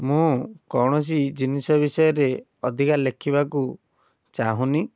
ମୁଁ କୌଣସି ଜିନିଷ ବିଷୟରେ ଅଧିକା ଲେଖିବାକୁ ଚାହୁଁନି